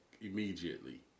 immediately